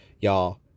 Y'all